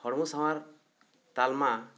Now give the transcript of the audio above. ᱦᱚᱲᱢᱚ ᱥᱟᱶᱟᱨ ᱛᱟᱞᱢᱟ